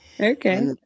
Okay